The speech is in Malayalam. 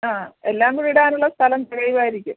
ആ എല്ലാംകൂടെ ഇടാനുള്ള സ്ഥലം തികയുമായിരിക്കും